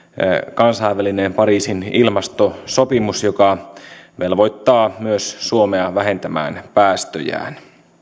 kansainvälinen pariisin ilmastosopimus joka velvoittaa myös suomea vähentämään päästöjään